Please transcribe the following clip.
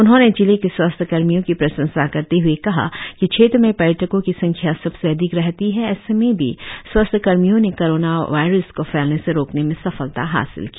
उन्होंने जिले के स्वास्थ्य कर्मियों की प्रशंसा करते हुए कहा कि क्षेत्र में पर्यटको की संख्या सबसे अधीक रहती है ऐसे में भी स्वास्थ्य कर्मियों ने कोरोना वायर्स को फैलने से रोकने में सफलता हासिल की